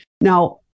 Now